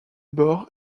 bord